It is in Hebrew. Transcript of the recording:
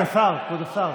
כבוד השר,